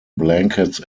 blankets